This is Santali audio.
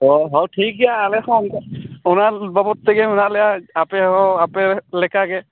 ᱦᱚᱭ ᱦᱚᱭ ᱴᱷᱤᱠᱜᱮᱭᱟ ᱟᱞᱮᱦᱚᱸ ᱚᱱᱟ ᱵᱟᱵᱚᱫ ᱛᱮᱜᱮ ᱢᱮᱱᱟᱜᱞᱮᱭᱟ ᱟᱯᱮᱦᱚᱸ ᱟᱯᱮ ᱞᱮᱠᱟᱜᱮ